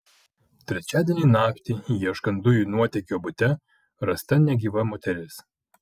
trečiadienį naktį ieškant dujų nuotėkio bute rasta negyva moteris